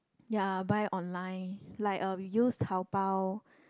ya buy online like uh use Taobao